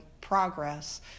progress